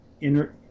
inner